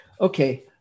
Okay